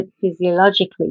physiologically